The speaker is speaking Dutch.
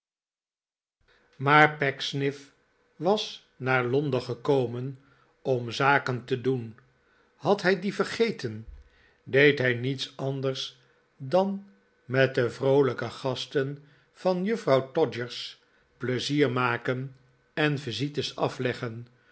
maar pecksniff was naar londen gekoma arte n chuzzlewit men om zaken te doen had hij die vergeten deed hij niets anders dan met de vroolijke gasten van juffrouw todgers pleizier maken en visites afleggen